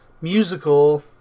musical